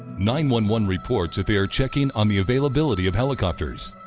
nine one one reports that they're checking on the availability of helicopters.